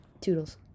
Toodles